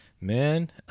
man